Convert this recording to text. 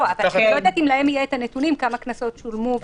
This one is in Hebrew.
אני לא יודעת אם להם יהיו הנתונים כמה קנסות שולמו.